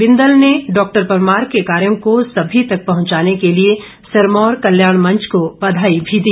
बिंदल ने डॉक्टर परमार को कार्यो को सभी तक पहुंचाने के लिए सिरमौर कल्याण मंच को बधाई भी दी